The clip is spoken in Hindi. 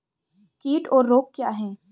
कीट और रोग क्या हैं?